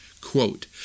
Quote